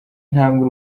intambwe